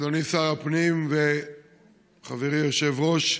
אדוני שר הפנים וחברי היושב-ראש,